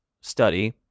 study